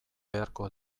beharko